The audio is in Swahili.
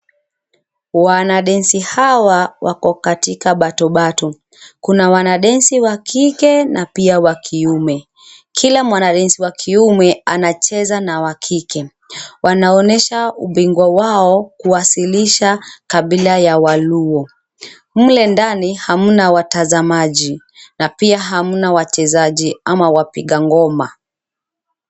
Wanadensi hawa wako katika bato bato. Kuna wanadensi wa kike na pia kiume, kila mwanadensi wa kiume anacheza na wa kike. Wanaonyesha ubingwa wao kuwasilisha kabila ya Waluo. Mle ndani hamna watazamaji na pia hamna wachezaji ama wapiga ngoma.